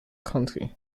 county